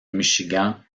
michigan